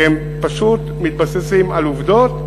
כי הם פשוט מתבססים על עובדות ולא,